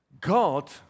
God